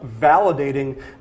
validating